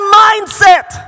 mindset